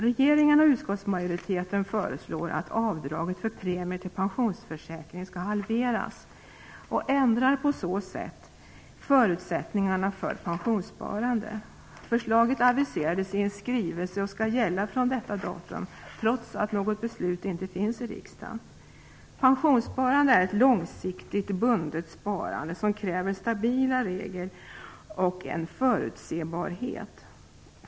Regeringen och utskottsmajoriteten föreslår att avdraget för premier till pensionsförsäkring skall halveras och ändrar på så sätt förutsättningarna för pensionssparande. Förslaget aviserades i en skrivelse och skall gälla från detta datum, trots att något beslut inte fattats i riksdagen. Pensionssparandet är ett långsiktigt, bundet sparande som kräver stabila regler och förutsebarhet.